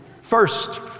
First